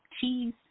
cheese